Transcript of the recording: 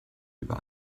über